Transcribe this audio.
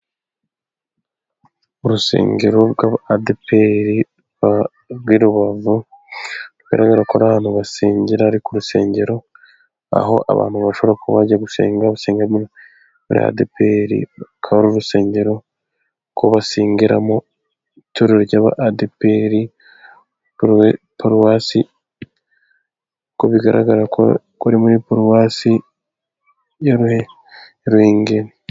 urusengero rw' Adeperi ruri i Rubavu, rugaragara ko abantu basengera ari ku rusengero, aho abantu bashobora ko bajya gusenga. Basengera muri Adeperi ku rusengero ko basengera mu itorero rya Adeperi paruwasi ku bigaragara ko ari muri paruwasi ya Ruhengeri.